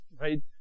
right